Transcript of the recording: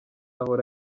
ahora